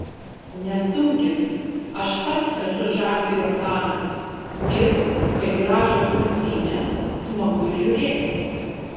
nestumkit aš pats esu žalgirio fanas ir kai gražios rungtynės smagu ir žiūrėti